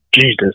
Jesus